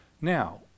Now